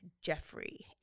Jeffrey